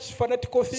fanatical